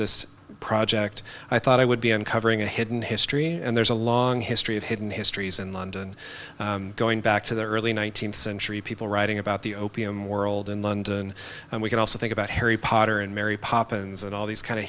this project i thought i would be uncovering a hidden history and there's a long history of hidden histories in london going back to the early one nine hundred centuries people writing about the opium world in london and we can also think about harry potter and mary poppins and all these kind of